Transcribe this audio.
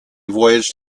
voyaged